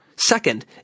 Second